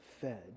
fed